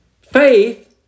faith